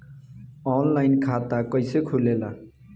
Online खाता कइसे खुलेला?